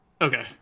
Okay